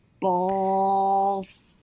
Balls